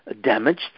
damaged